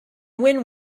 win